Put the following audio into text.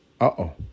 Uh-oh